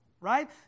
right